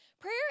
Prayer